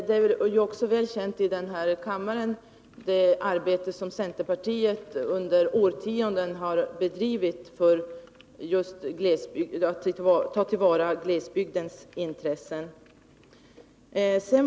Det arbete som centerpartiet under årtionden har bedrivit för att ta till vara just glesbygdens intressen är väl känt i den här kammaren.